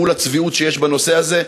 מול הצביעות שיש בנושא הזה,